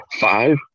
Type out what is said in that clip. Five